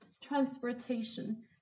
transportation